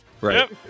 right